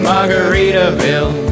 Margaritaville